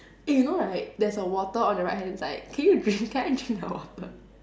eh you know right there's a water on your right hand side can you bring can I drink the water